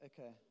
Okay